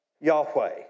Yahweh